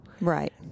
Right